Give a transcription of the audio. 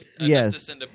Yes